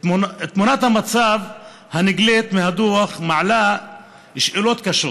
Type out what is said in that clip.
תמונת המצב הנגלית מהדוח מעלה שאלות קשות